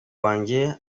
wange